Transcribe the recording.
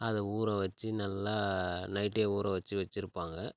அதை ஊற வச்சு நல்லா நைட்டே ஊற வச்சு வச்சிருப்பாங்க